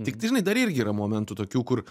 tiktai žinai dar irgi yra momentų tokių kur